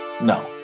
No